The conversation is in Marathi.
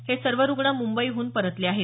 हे सर्व रुग्ण मुंबईहून परतले आहेत